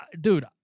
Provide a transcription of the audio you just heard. Dude